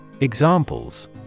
Examples